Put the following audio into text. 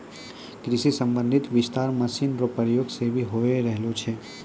कृषि संबंधी विस्तार मशीन रो प्रयोग से भी होय रहलो छै